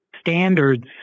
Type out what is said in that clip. standards